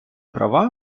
права